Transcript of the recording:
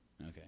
Okay